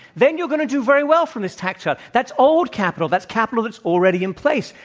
then you're going to do very well from this tax cut. that's old capital. that's capital that's already in place.